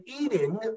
eating